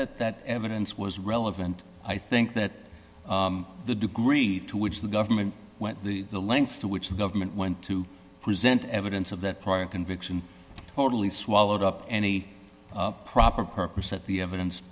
that that evidence was relevant i think that the degree to which the government went the the lengths to which the government went to present evidence of that prior conviction totally swallowed up any proper purpose that the evidence